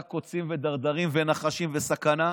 רק קוצים ודרדרים ונחשים וסכנה,